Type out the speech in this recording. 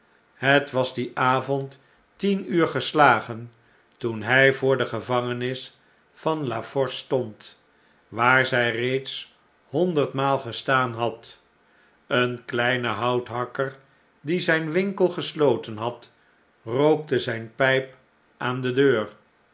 het was dien avond tien uur gestagen toen hjj voor de gevangenis van la force stond waar zij reeds honderdmaal gestaan had een kleine houthakker die zp winkel gesloten had rookte zijne pp aan de deur